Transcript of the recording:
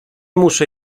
muszę